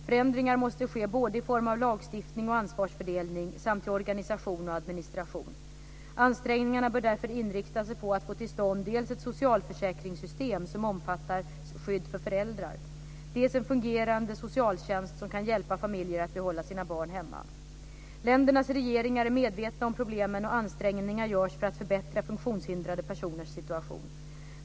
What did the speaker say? Förändringar måste ske både i form av lagstiftning och ansvarsfördelning samt vad gäller organisation och administration. Ansträngningarna bör därför inrikta sig på att få till stånd dels ett socialförsäkringssystem som omfattar skydd för föräldrar, dels en fungerande socialtjänst som kan hjälpa familjer att behålla sina barn hemma. Ländernas regeringar är medvetna om problemen, och ansträngningar görs för att förbättra funktionshindrade personers situation.